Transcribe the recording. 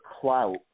clout